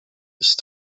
ist